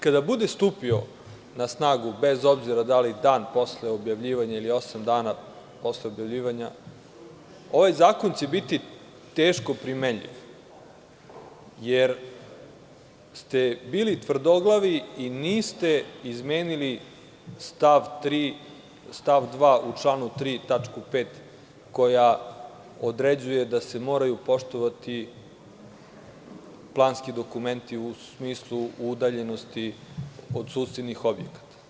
Kada bude stupio na snagu, bez obzira da li dan posle objavljivanja ili osam dana posle objavljivanja, ovaj zakon će biti teško primenjiv, jer ste bili tvrdoglavi i niste izmenili stav 2. u članu 3. tačka 5)koja određuje da se moraju poštovati planski dokumenti u smislu udaljenosti od susednih objekata.